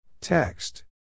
Text